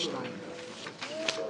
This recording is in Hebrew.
"מענקי איזון"